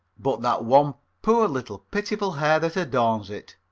but that one poor little pitiful hair that adorns it.